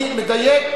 אני מדייק,